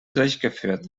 durchgeführt